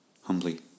Humbly